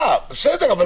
בסדר,